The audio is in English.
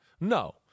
No